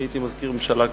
כי הייתי מזכיר ממשלה,